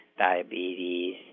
diabetes